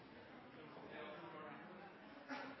så